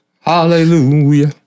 hallelujah